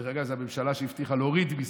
דרך אגב, זאת הממשלה שהבטיחה להוריד מיסים,